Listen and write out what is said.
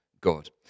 God